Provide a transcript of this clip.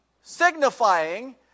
signifying